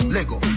Lego